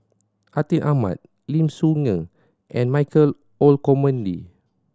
Atin Amat Lim Soo Ngee and Michael Olcomendy